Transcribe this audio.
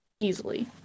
easily